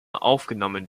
aufgenommen